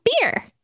beer